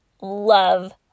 love